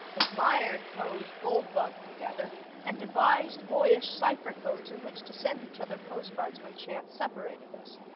admired poe's gold bug together and devised boyish cipher codes in which to send each other postcards when chance separated us.